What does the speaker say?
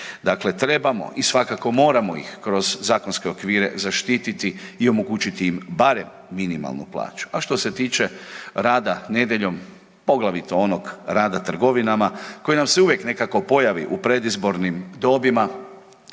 Dakle, trebamo, i svakako, moramo ih kroz zakonske okvire zaštititi i omogućiti im barem minimalnu plaću. A što se tiče rada nedjeljom, poglavito onog rada trgovinama, koji nam se uvijek nekako pojavi u predizbornim dobima,